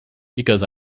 because